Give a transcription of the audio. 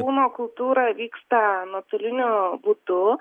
kūno kultūra vyksta nuotoliniu būdu